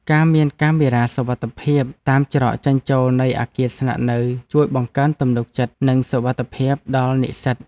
ការមានកាមេរ៉ាសុវត្ថិភាពតាមច្រកចេញចូលនៃអគារស្នាក់នៅជួយបង្កើនទំនុកចិត្ត និងសុវត្ថិភាពដល់និស្សិត។